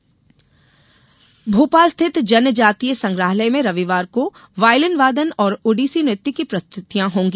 जनजातीय संग्रहालय भोपाल स्थित जनजातीय संग्रहालय में रविवार को वायलिन वादन और ओडिसी नृत्य की प्रस्तुतियां होंगी